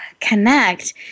connect